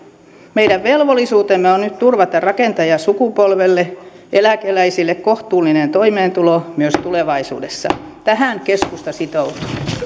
meidän velvollisuutemme on nyt turvata rakentajasukupolvelle eläkeläisille kohtuullinen toimeentulo myös tulevaisuudessa tähän keskusta sitoutuu